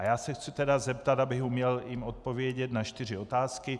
Já se chci tedy zeptat, abych jim uměl odpovědět, na čtyři otázky: